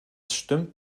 stimmt